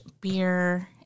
beer